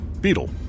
Beetle